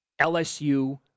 LSU